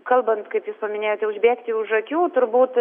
kalbant kaip jūs paminėjote užbėgti už akių turbūt